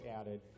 added